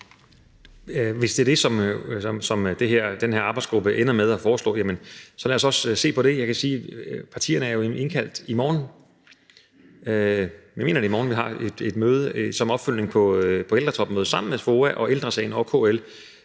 Hvis det er det, som den her arbejdsgruppe ender med at foreslå, så lad os se på det. Jeg kan sige, at partierne er indkaldt til et møde i morgen. Jeg mener, at det er i morgen, at vi har et møde som opfølgning på ældretopmødet sammen med FOA, Ældre Sagen og KL,